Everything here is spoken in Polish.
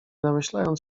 namyślając